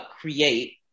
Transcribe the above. create